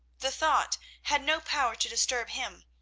the thought had no power to disturb him,